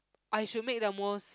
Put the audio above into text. I should make the most